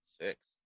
six